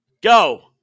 go